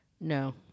No